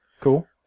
Cool